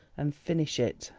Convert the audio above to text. and finish it.